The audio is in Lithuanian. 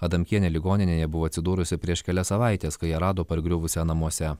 adamkienė ligoninėje buvo atsidūrusi prieš kelias savaites kai ją rado pargriuvusią namuose